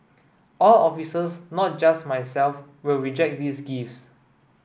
all officers not just myself will reject these gifts